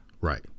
Right